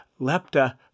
lepta